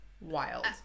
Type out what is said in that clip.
Wild